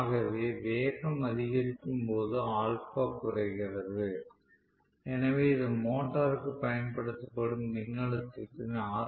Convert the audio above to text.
ஆகவே வேகம் அதிகரிக்கும் போது α குறைகிறது எனவே இது மோட்டருக்கு பயன்படுத்தப்படும் மின்னழுத்தத்தின் ஆர்